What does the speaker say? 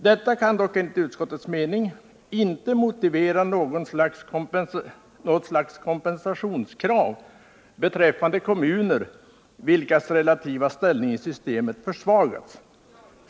Detta kan dock enligt utskottets mening inte motivera något slags kompensationskrav beträffande kommuner vilkas relativa ställning i systemet försvagas.